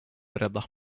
rädda